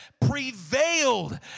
prevailed